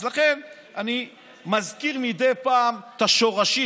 אז לכן אני מזכיר מדי פעם את השורשים.